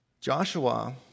Joshua